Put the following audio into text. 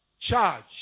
charge